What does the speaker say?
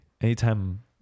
anytime